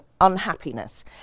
unhappiness